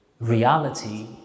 reality